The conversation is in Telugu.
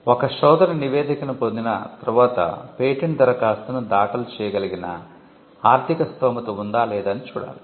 ఒక శోధన నివేదికను పొందిన తర్వాత పేటెంట్ దరఖాస్తును దాఖలు చేయగలిగిన ఆర్ధిక స్తోమత ఉందా లేదా అని చూడాలి